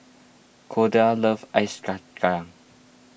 Kordell loves ice